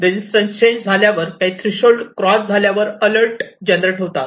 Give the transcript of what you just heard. resistance change झाल्यावर काही threshold cross झाल्यावर अलर्ट जनरेटर होतात